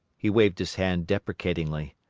he waved his hand deprecatingly.